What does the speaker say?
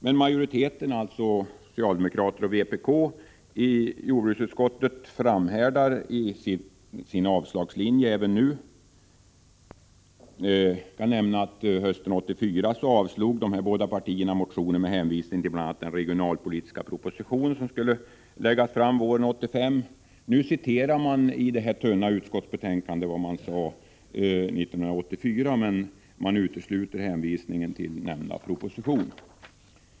Men majoriteten i jordbruksutskottet, alltså socialdemokraterna och vpk, framhärdar i sin avslagslinje. Hösten 1984 avslog dessa partier motionen med hänvisning till bl.a. den regionalpolitiska proposition som skulle läggas fram våren 1985. I detta tunna utskottsbetänkande citerar majoriteten vad man sade 1984, men utesluter hänvisningen till nämnda proposition.